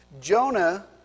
Jonah